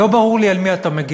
לא ברור לי על מי אתה מגן.